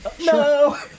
No